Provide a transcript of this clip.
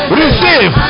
receive